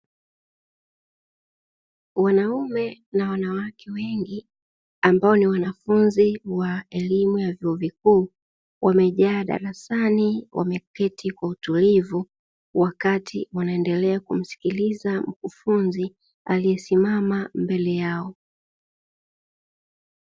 Wanaume na wanawake wengi ambao ni wanafunzi wa vyuo vikuu wamejaa darasani, wameketi kwa utulivu wakati wanaendelea kumsikiliza mkufunzi aliyesimama mbele yao.